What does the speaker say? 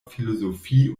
philosophie